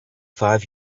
five